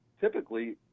typically